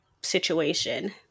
situation